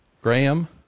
Graham